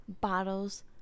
bottles